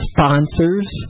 Sponsors